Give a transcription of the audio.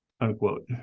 unquote